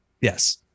Yes